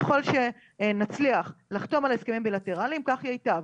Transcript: ככל שנצליח לחתום על הסכמים בילטרליים כך ייטב,